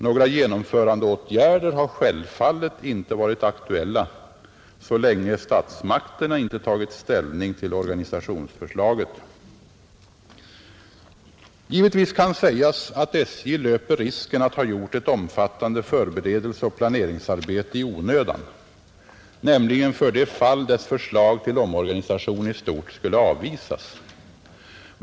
Några genomförandeåtgärder har självfallet inte varit aktuella, så länge statsmakterna inte tagit ställning till organisationsförslaget. Givetvis kan sägas att SJ löper risken att ha gjort ett omfattande förberedelseoch planeringsarbete i onödan, nämligen för det fall dess förslag till omorganisation i stort skulle avvisas.